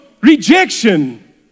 rejection